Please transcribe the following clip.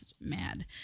mad